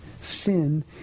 sin